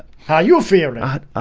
how you fear not?